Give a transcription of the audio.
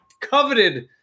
coveted